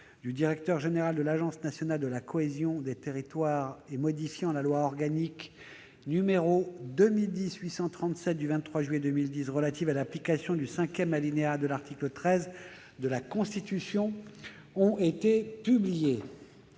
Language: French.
du directeur général de l'Agence nationale de la cohésion des territoires et modifiant la loi organique n° 2010-837 du 23 juillet 2010 relative à l'application du cinquième alinéa de l'article 13 de la Constitution ont été publiées.